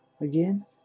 Again